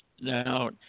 Now